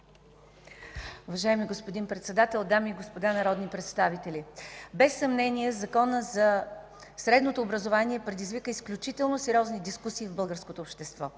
Уважаеми господин Председател, дами и господа народни представители! Без съмнение Законът за средното образование предизвика изключително сериозни дискусии в българското общество.